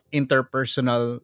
interpersonal